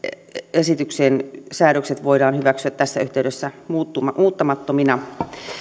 esityksen säädökset voidaan hyväksyä tässä yhteydessä muuttamattomina